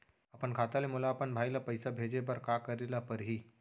अपन खाता ले मोला अपन भाई ल पइसा भेजे बर का करे ल परही?